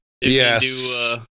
yes